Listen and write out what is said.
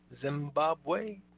Zimbabwe